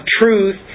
truth